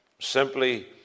simply